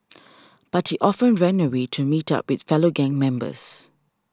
but he often ran away to meet up with fellow gang members